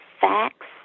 facts